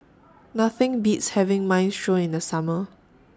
Nothing Beats having Minestrone in The Summer